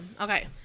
Okay